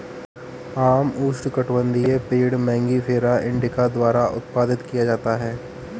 आम उष्णकटिबंधीय पेड़ मैंगिफेरा इंडिका द्वारा उत्पादित किया जाता है